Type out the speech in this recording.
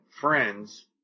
friends